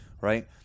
right